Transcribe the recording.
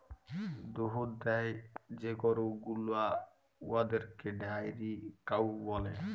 দুহুদ দেয় যে গরু গুলা উয়াদেরকে ডেয়ারি কাউ ব্যলে